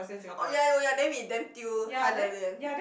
oh ya oh ya then we damn 丢他的脸